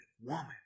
woman